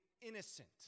innocent